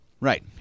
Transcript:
Right